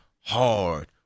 hard